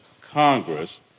Congress